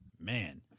man